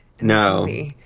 No